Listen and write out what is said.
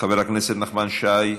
חבר הכנסת נחמן שי,